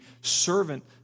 servant